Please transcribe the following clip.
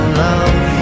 love